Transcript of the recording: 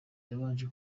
yabanje